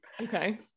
Okay